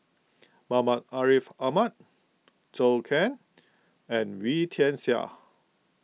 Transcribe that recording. Muhammad Ariff Ahmad Zhou Can and Wee Tian Siak